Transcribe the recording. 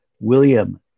William